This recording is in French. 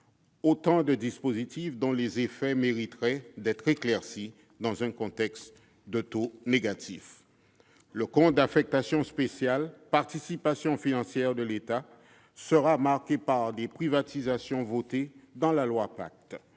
autant de dispositifs dont les effets mériteraient d'être éclaircis dans un contexte de taux d'intérêt négatifs. Le compte d'affectation spéciale « Participations financières de l'État » sera marqué par les privatisations approuvées dans la loi Pacte,